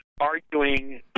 arguing